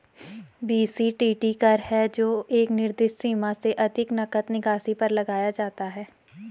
BCTT कर है जो एक निर्दिष्ट सीमा से अधिक नकद निकासी पर लगाया जाता है